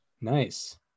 Nice